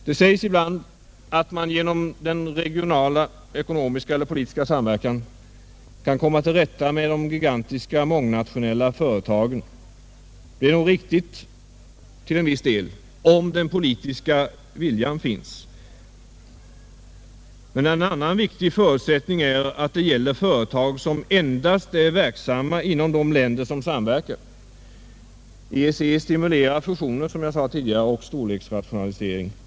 Det sägs ibland att man genom en regional ekonomisk eller politisk samverkan kan komma till rätta med de gigantiska mångnationella företagen. Det är nog riktigt till en viss del, om den politiska viljan finns. En annan viktig förutsättning är att det gäller företag som endast är verksamma inom de länder som samverkar. EEC stimulerar fusioner, som jag tidigare sade, och storleksrationaliseringar.